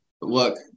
Look